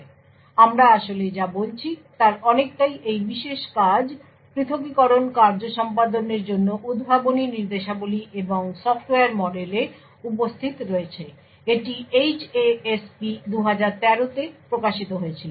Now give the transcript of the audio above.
সুতরাং আমরা আসলে যা বলছি তার অনেকটাই এই বিশেষ কাজ পৃথকীকরণ কার্য সম্পাদনের জন্য উদ্ভাবনী নির্দেশাবলী এবং সফ্টওয়্যার মডেল এ উপস্থিত রয়েছে এটি HASP 2013 এ প্রকাশিত হয়েছিল